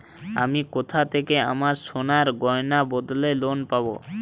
আমি কোথা থেকে আমার সোনার গয়নার বদলে লোন পাবো?